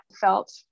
felt